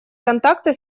контакты